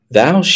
Thou